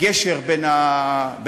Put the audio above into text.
גשר בין הפלגים,